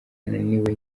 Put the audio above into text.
niwe